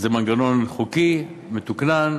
זה מנגנון חוקי, מתוקנן,